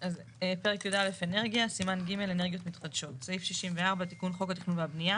פרק י"א - אנרגיה תיקון חוק התכנון והבנייה